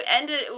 ended